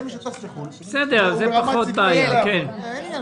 גם מי שטס לחו"ל והוא אלרגי אין עניין